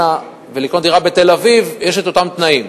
ולקנות דירה בתל-אביב יש אותם תנאים,